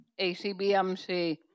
ACBMC